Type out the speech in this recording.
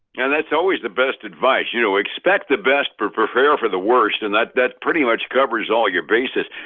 and that's always the best advice, you know expect the best, but prepare for the worst, and that that pretty much covers all your bases.